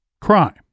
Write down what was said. crime